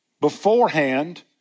beforehand